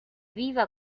viva